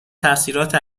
تاثیرات